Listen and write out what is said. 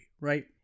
right